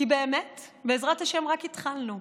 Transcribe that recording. כי באמת, בעזרת השם, רק התחלנו,